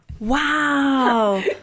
Wow